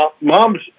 Mom's